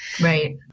Right